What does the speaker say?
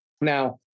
Now